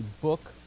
book